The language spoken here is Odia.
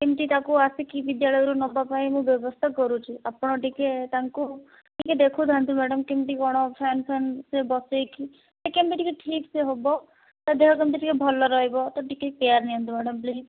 କେମିତି ତାକୁ ଆସିକି ବିଦ୍ୟାଳୟରୁ ନେବା ପାଇଁ ମୁଁ ବ୍ୟବସ୍ଥା କରୁଛି ଆପଣ ଟିକେ ତାଙ୍କୁ ଟିକେ ଦେଖୁଥାନ୍ତୁ ମ୍ୟାଡ଼ାମ୍ କେମିତି କ'ଣ ଫ୍ୟାନ୍ ଫ୍ୟାନ୍ ସେ ବସାଇକି କେମିତି ଟିକେ ଠିକ୍ ସେ ହେବ ତା ଦେହ କେମିତି ଟିକେ ଭଲ ରହିବ ତ ଟିକେ କେୟାର ନିଅନ୍ତୁ ମ୍ୟାଡ଼ାମ୍ ପ୍ଳିଜ୍